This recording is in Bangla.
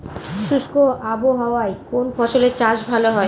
শুষ্ক আবহাওয়ায় কোন ফসলের চাষ ভালো হয়?